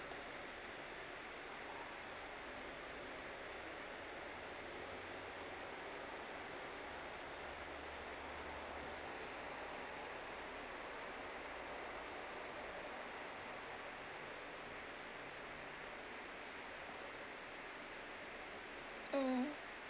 mm